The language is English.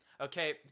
Okay